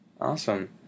Awesome